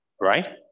right